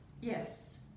Yes